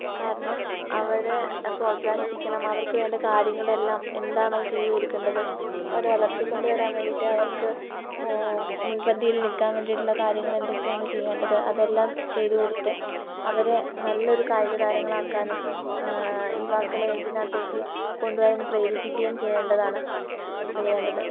കാരണം അവരെ പ്രോത്സാഹിപ്പിക്കണം അവർക്കുവേണ്ട കാര്യങ്ങളെല്ലാം എന്താണോ ചെയ്തു കൊടുക്കേണ്ടത് അവരെ വളർത്തിക്കൊണ്ട് വരാൻ വേണ്ടീട്ട് അവർക്ക് മുൻ മുൻപന്തിയിൽ നിൽക്കാൻ വേണ്ടിയിട്ടുള്ള കാര്യങ്ങൾ എന്തൊക്കെയാണ് ചെയ്യേണ്ടത് അതെല്ലാം ചെയ്തുകൊടുത്ത് അവരെ നല്ലൊരു കായിക താരങ്ങളാക്കാനും യുവാക്കളെ ഇതിനകത്തേക്ക് കൊണ്ടുവരാൻ പ്രേരിപ്പിക്കയും ചെയ്യേണ്ടതാണ് ചെയ്യേണ്ടത്